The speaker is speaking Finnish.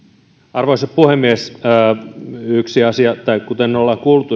arvoisa puhemies kuten on kuultu